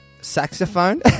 saxophone